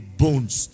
bones